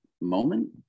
moment